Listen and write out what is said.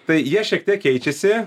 tai jie šiek tiek keičiasi